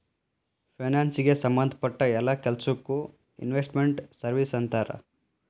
ಫೈನಾನ್ಸಿಗೆ ಸಂಭದ್ ಪಟ್ಟ್ ಯೆಲ್ಲಾ ಕೆಲ್ಸಕ್ಕೊ ಇನ್ವೆಸ್ಟ್ ಮೆಂಟ್ ಸರ್ವೇಸ್ ಅಂತಾರ